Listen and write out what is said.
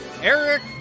Eric